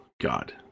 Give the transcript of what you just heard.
God